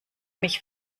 mich